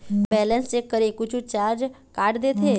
Balance check करें कुछू charge काट देथे?